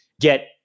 get